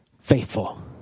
faithful